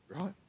right